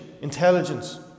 intelligence